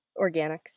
Organics